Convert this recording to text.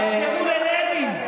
תחזרו ללנין.